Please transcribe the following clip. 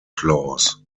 clause